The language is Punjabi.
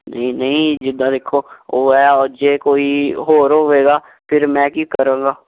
ਨਹੀਂ ਨਹੀਂ ਜਿੱਦਾਂ ਦੇਖੋ ਉਹ ਹੈ ਜੇ ਕੋਈ ਹੋਰ ਹੋਵੇਗਾ ਫਿਰ ਮੈਂ ਕੀ ਕਰਾਂਗਾ